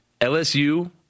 LSU